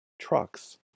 trucks